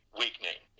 weakening